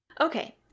Okay